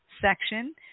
section